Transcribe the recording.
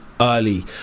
early